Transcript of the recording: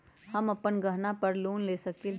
हम अपन गहना पर लोन ले सकील?